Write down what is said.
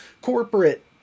corporate